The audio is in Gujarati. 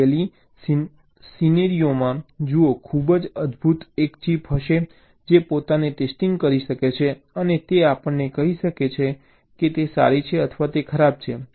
આઇડિયલ સિનેરીઓમાં જુઓ ખૂબ જ અદ્ભુત એક ચિપ હશે જે પોતાને ટેસ્ટિંગ કરી શકે છે અને તે આપણને કહી શકે છે કે તે સારી છે અથવા તે ખરાબ છે